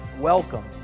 welcome